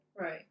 right